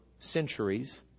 centuries